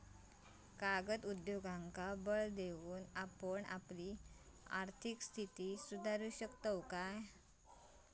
कागद उद्योगांका बळ देऊन आपण आपली आर्थिक स्थिती सुधारू शकताव